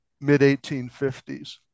mid-1850s